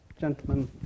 gentlemen